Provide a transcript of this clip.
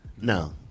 no